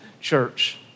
church